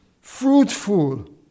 fruitful